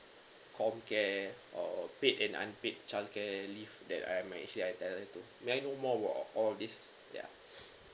comcare or paid and unpaid childcare leave that I am uh actually I to may I know more all all of these yeah